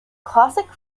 classic